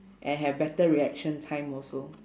and have better reaction time also